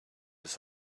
his